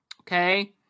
okay